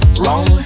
wrong